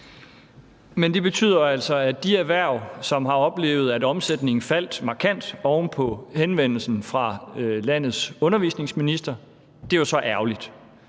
Men det betyder jo altså, at det for de erhverv, som har oplevet, at omsætningen faldt markant oven på henvendelsen fra landets undervisningsminister, så er ærgerligt.